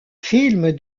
film